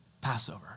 Passover